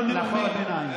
לא נאומי ביניים.